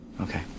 Okay